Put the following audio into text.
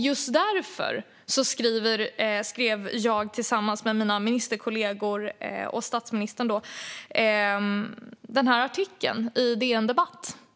Just därför skrev jag tillsammans med statsministern och mina ministerkollegor artikeln i DN Debatt.